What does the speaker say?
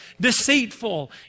deceitful